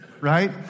right